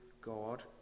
God